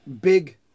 big